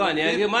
לא.